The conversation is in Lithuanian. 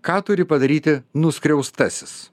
ką turi padaryti nuskriaustasis